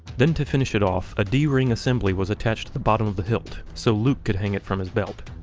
then to finish it off, a d-ring assembly was attached to the bottom of the hilt, so luke could hang it from his belt.